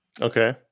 Okay